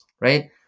Right